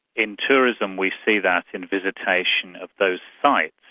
in tourism we see that in visitation of those sites,